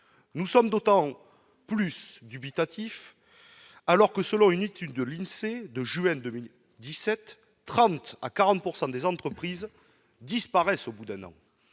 Nous sommes d'autant plus dubitatifs que, selon une étude de l'INSEE de juin 2017, 30 % à 40 % des entreprises disparaissent au bout d'un an.